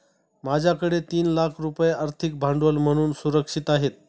माझ्याकडे तीन लाख रुपये आर्थिक भांडवल म्हणून सुरक्षित आहेत